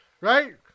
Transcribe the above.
right